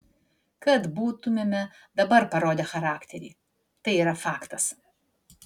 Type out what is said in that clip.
kad būtumėme dabar parodę charakterį tai yra faktas